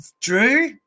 Drew